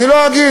אני לא אגיד,